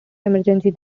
emergency